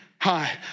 Hi